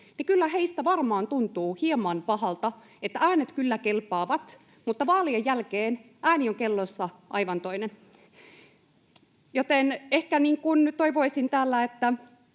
kyllä heistä varmaan tuntuu hieman pahalta, että äänet kyllä kelpaavat mutta vaalien jälkeen ääni on kellossa aivan toinen. Kuten muutkin